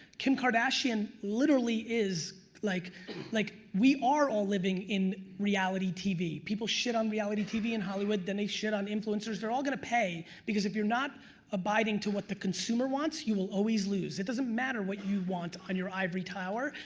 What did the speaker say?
kim kardashian literally is like like we are all living in reality tv. people shit on reality tv in hollywood then they shit on influencers. they're all gonna pay because if you're not abiding to what the consumer wants you will always lose. it doesn't matter what you want on your ivory tower,